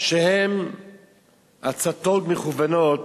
שהם הצתות מכוונות,